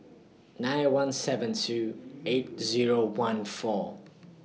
nine one seven two eight Zero one four